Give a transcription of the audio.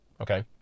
Okay